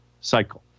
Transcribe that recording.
cycle